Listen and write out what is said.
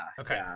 Okay